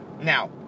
Now